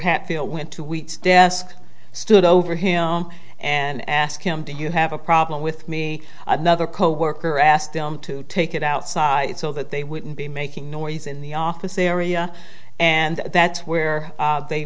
hatfield went two weeks desk stood over him and asked him do you have a problem with me another coworker asked them to take it outside so that they wouldn't be making noise in the office area and that's where they